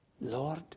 Lord